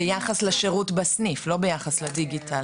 ביחס לשירות בסניף, לא ביחס לדיגיטל.